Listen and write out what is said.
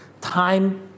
time